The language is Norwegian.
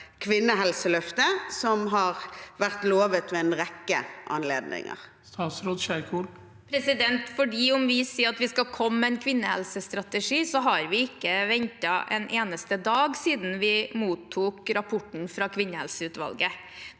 kvinnehelseløftet, som har vært lovet ved en rekke anledninger? Statsråd Ingvild Kjerkol Selv om vi sier at vi skal komme med en kvinnehelsestrategi, har vi ikke ventet en eneste dag siden vi mottok rapporten fra kvinnehelseutvalget.